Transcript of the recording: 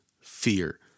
fear